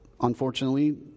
unfortunately